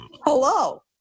hello